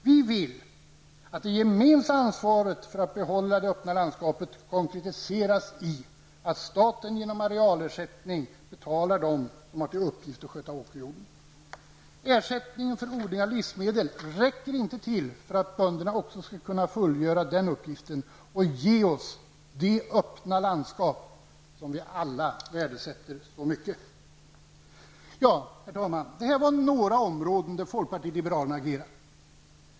Vi vill att det gemensamma ansvaret för att behålla det öppna landskapet konkretiseras i att staten genom arealersättning betalar dem som har som uppgift att sköta åkerjorden. Ersättningen för odling av livsmedel räcker inte för att bönderna också skall kunna fullgöra uppgiften att ge oss det öppna landskap som vi alla värdesätter så mycket. Herr talman! Det här var några områden där folkpartiet liberalerna agerat.